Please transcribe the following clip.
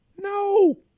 No